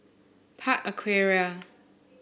Park Aquaria